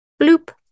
Bloop